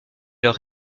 leur